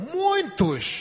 muitos